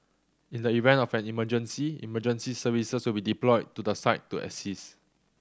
in the event of an emergency emergency services will be deployed to the site to assist